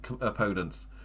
opponents